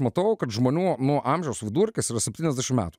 matau kad žmonių nu amžiaus vidurkis yra septyniasdešim metų